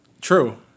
True